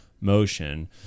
motion